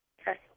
Okay